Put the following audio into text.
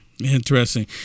interesting